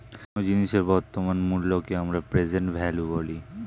কোনো জিনিসের বর্তমান মূল্যকে আমরা প্রেসেন্ট ভ্যালু বলি